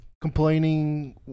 complaining